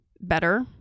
better